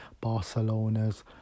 Barcelona's